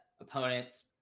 opponents